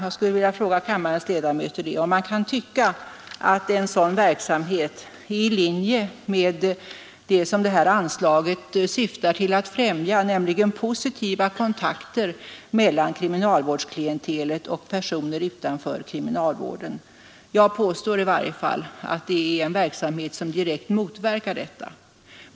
Jag skulle vilja fråga kammarens ledamöter om man verkligen kan tycka att en sådan verksamhet är i linje med det som detta anslag syftar till att främja, nämligen positiva kontakter mellan kriminalvårdsklientelet och personer utanför kriminalvården. Jag påstår att det är en verksamhet som direkt motverkar detta. syfte.